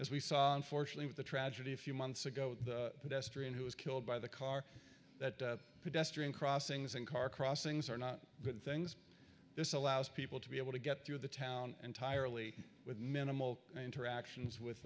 as we saw unfortunately with the tragedy a few months ago the tester in who was killed by the car that pedestrian crossings and car crossings are not good things this allows people to be able to get through the town entirely with minimal interactions with